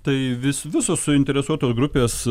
tai vis visos suinteresuotos grupės